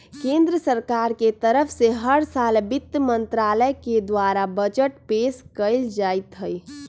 केन्द्र सरकार के तरफ से हर साल वित्त मन्त्रालय के द्वारा बजट पेश कइल जाईत हई